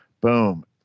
boom